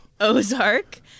Ozark